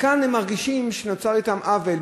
כאן הם מרגישים שנוצר כלפיהם עוול,